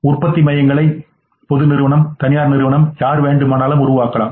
உற்பத்தி மையங்களை பொது நிறுவனம் தனியார் நிறுவனம் யார் வேண்டுமானாலும் உருவாக்கலாம்